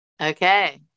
Okay